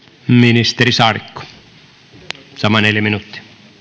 ministeri saarikko sama neljä minuuttia